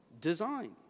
design